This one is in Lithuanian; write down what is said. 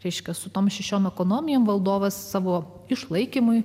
reiškia su tom šešiom ekonominėm valdovas savo išlaikymui